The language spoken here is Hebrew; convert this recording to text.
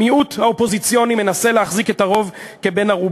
המיעוט האופוזיציוני מנסה להחזיק את הרוב כבן-ערובה.